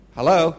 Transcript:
Hello